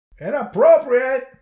Inappropriate